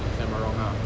if I'm not wrong ah